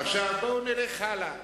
עכשיו בואו נלך הלאה.